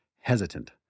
hesitant